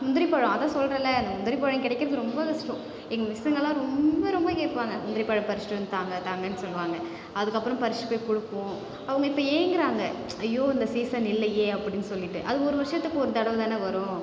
முந்திரி பழம் அதுதான் சொல்றேன்ல இந்த முந்திரி பழம் கிடைக்கிறது ரொம்ப கஷ்டம் எங்கள் மிஸ்ஸுங்கல்லாம் ரொம்ப ரொம்ப கேட்பாங்க முந்திரிபழம் பறிச்சிட்டு வந்து தாங்க தாங்கன்னு சொல்லுவாங்க அதுக்கப்புறம் பறிச்சிட்டு போய் கொடுப்போம் அவங்க இப்போ ஏங்குகிறாங்க ஐயோ இந்த சீசன் இல்லையே அப்படின்னு சொல்லிட்டு அது ஒரு வருஷத்துக்கு ஒரு தடவை தானே வரும்